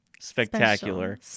Spectacular